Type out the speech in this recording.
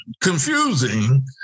confusing